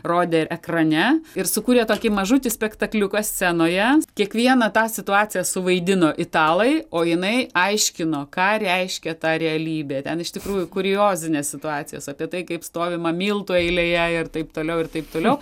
rodė ekrane ir sukūrė tokį mažutį spektakliuką scenoje kiekvieną tą situaciją suvaidino italai o jinai aiškino ką reiškia ta realybė ten iš tikrųjų kuriozinės situacijos apie tai kaip stovima miltų eilėje ir taip toliau ir taip toliau